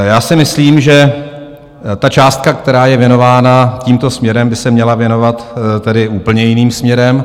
Já si myslím, že ta částka, která je věnována tímto směrem, by se měla věnovat úplně jiným směrem.